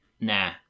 nah